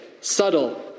subtle